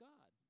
God